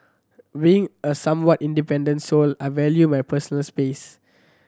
being a somewhat independent soul I value my personal space